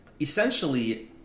Essentially